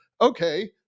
Okay